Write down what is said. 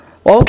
Okay